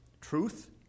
Truth